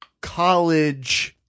college-